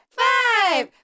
five